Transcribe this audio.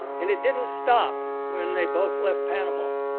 and it didn't stop when they both left panama.